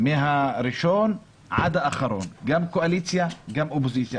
מהראשון ועד האחרון, גם קואליציה וגם אופוזיציה.